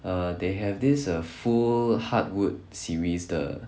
err they have this err full hard wood series 的